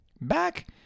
back